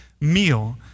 meal